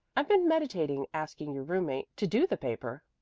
i've been meditating asking your roommate to do the paper.